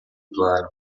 plano